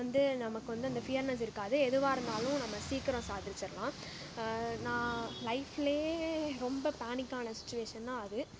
வந்து நமக்கு வந்து அந்த ஃபியர்னஸ் இருக்காது எதுவாகருந்தாலும் நம்ம சீக்கரம் சாதிச்சிறலாம் நான் லைஃப்லியே ரொம்ப பேனிக்கான சுச்சுவேஷன் தான் அது